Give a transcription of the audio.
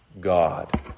God